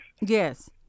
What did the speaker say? Yes